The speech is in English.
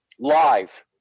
Live